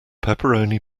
pepperoni